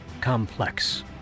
complex